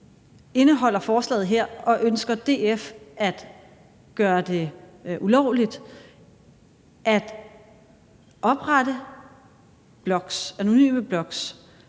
Indeholder forslaget her så et ønske om og ønsker DF at gøre det ulovligt at oprette anonyme blogs,